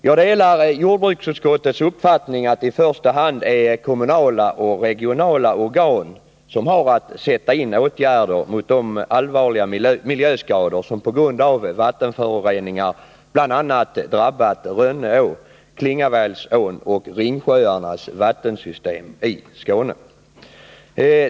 Jag delar jordbruksutskottets uppfattning att det i första hand är kommunala och regionala organ som har att sätta in åtgärder mot de allvarliga miljöskador som på grund av vattenföroreningar bl.a. drabbat Rönneå, Klingavälsån och Ringsjöarnas vattensystem i Skåne.